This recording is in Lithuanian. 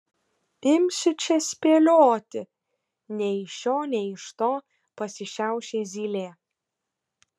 imsiu čia spėlioti nei iš šio nei iš to pasišiaušė zylė